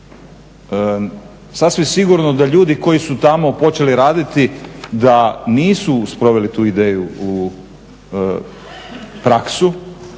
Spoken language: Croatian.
Sasvim sigurno da ljudi koji su tamo počeli radi da nisu sproveli tu ideju u praksu.